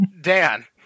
Dan